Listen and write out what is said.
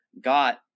got